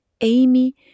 amy